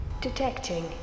Detecting